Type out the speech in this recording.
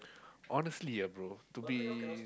honestly ah bro to be